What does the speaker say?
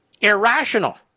irrational